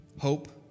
Hope